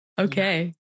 Okay